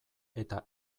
eta